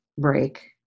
break